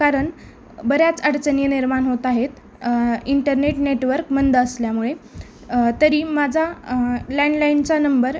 कारण बऱ्याच अडचणी निर्माण होत आहेत इंटरनेट नेटवर्क मंद असल्यामुळे तरी माझा लँडलाईनचा नंबर